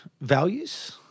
values